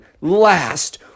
last